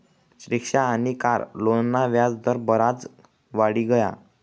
rickshaw आनी car लोनना व्याज दर बराज वाढी गया